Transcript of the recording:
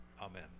Amen